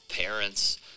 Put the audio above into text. parents